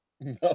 No